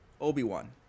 Obi-Wan